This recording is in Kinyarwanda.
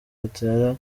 batera